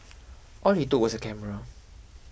all he took was a camera